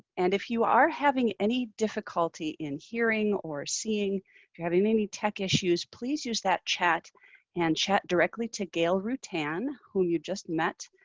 and if you are having any difficulty in hearing or seeing. if you're having any tech issues, please use that chat and chat directly to gail rutan who you just met.